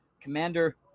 commander